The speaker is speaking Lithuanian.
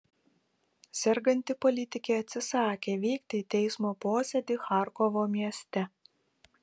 serganti politikė atsisakė vykti į teismo posėdį charkovo mieste